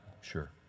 Sure